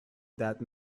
that